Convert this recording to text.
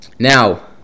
Now